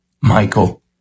Michael